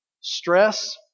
Stress